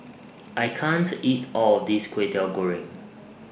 I can't eat All of This Kway Teow Goreng